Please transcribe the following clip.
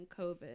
COVID